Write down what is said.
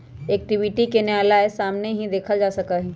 equity के न्याय के सामने ही देखल जा सका हई